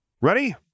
Ready